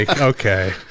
okay